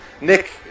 Nick